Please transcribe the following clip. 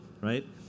right